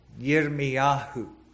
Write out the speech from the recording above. Yirmiyahu